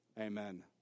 Amen